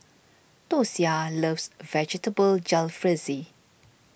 Dosia loves Vegetable Jalfrezi